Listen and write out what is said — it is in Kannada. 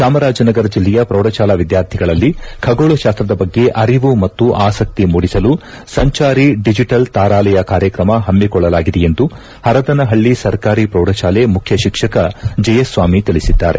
ಚಾಮರಾಜನಗರ ಜಿಲ್ಲೆಯ ಪ್ರೌಢಶಾಲಾ ವಿದ್ಯಾರ್ಥಿಗಳಲ್ಲಿ ಖಗೋಳಶಾಸ್ತದ ಬಗ್ಗೆ ಅರಿವು ಮತ್ತು ಅಸಕ್ತಿ ಮೂಡಿಸಲು ಸಂಚಾರಿ ಡಿಜೆಟಲ್ ತಾರಾಲಯ ಕಾರ್ಯಕ್ರಮ ಹಮ್ಮಿಕೊಳ್ಳಲಾಗಿದೆ ಎಂದು ಹರದನಹಳ್ಳಿ ಸರ್ಕಾರಿ ಪ್ರೌಢಶಾಲೆ ಮುಖ್ಯಶಿಕ್ಷಕ ಜಯಸ್ವಾಮಿ ತಿಳಿಸಿದ್ದಾರೆ